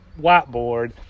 whiteboard